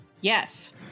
Yes